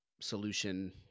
Solution